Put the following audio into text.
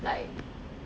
like